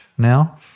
now